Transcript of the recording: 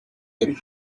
des